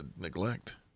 neglect